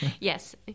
Yes